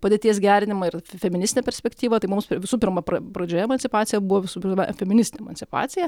padėties gerinimą ir fe feministinę perspektyvą tai mums visų pirma pra pradžioje emancipacija buvo visų pirma feministinė emancipacija